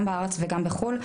גם בארץ וגם בחו"ל.